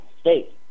state